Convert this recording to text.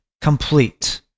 complete